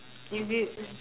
if you